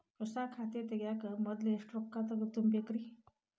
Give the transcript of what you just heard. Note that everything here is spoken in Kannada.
ಹೊಸಾ ಖಾತೆ ತಗ್ಯಾಕ ಮೊದ್ಲ ಎಷ್ಟ ರೊಕ್ಕಾ ತುಂಬೇಕ್ರಿ?